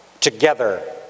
together